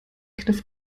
kniff